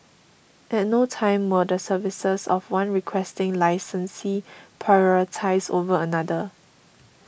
at no time were the services of one Requesting Licensee prioritise over another